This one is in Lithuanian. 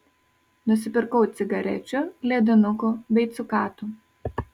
nusipirkau cigarečių ledinukų bei cukatų